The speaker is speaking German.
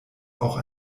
auch